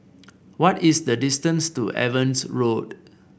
what is the distance to Evans Road